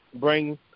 bring